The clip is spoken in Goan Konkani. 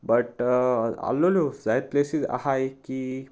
बट आलोल्यो जायत प्लेसीस आहाय की